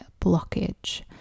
blockage